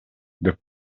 деп